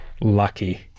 lucky